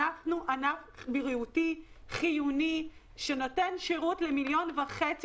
אנחנו ענף בריאותי חיוני שנותן שירות למיליון וחצי